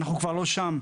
אנחנו כבר לא שם.